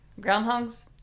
Groundhogs